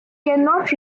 cannot